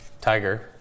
Tiger